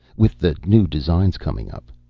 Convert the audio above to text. with the new designs coming up.